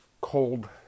cold